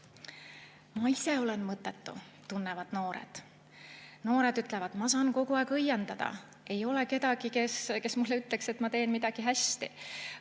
"Ma ise olen mõttetu," tunnevad noored. Noored ütlevad: "Ma saan kogu aeg õiendada. Ei ole kedagi, kes mulle ütleks, et ma teen midagi hästi."